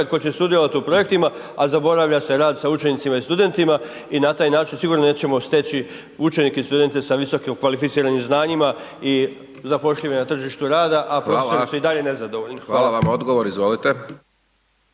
tko će sudjelovati u projektima, a zaboravlja se rad sa učenicima i studentima i na taj način sigurno da nećemo steći učenike i studente sa visoko kvalificiranim znanjima i zapošljive na tržištu rada a profesionalnu su i dalje nezadovoljni, hvala. **Hajdaš Dončić,